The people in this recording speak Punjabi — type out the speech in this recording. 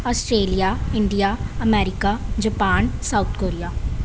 Australia India America Japan South Korea